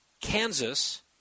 Kansas